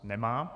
Nemá.